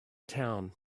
town